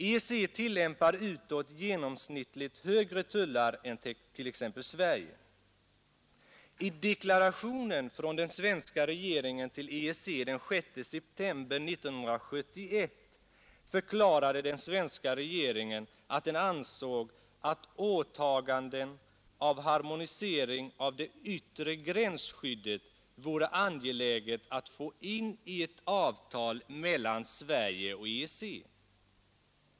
EEC tillämpar utåt genomsnittligt högre tullar än t.ex. Sverige. I deklarationen från den svenska regeringen till EEC den 6 september 1971 förklarade den svenska regeringen att den ansåg att åtaganden av harmonisering av det yttre gränsskyddet vore angeläget att få in i ett avtal mellan Sverige och EEC.